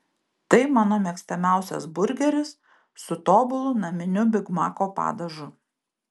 tai mano mėgstamiausias burgeris su tobulu naminiu bigmako padažu